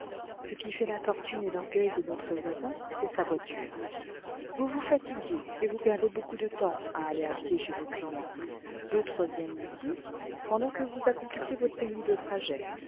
ce qui fait la fortune et l'orgueil de notre voisin c'est sa voiture vous vous fatiguez et vous perdez beaucoup de temps à aller à pied chez vos clients d'autres viennent ici pendant que vous accomplissez votre pénible trajet